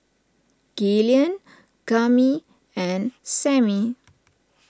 Gillian Cami and Samie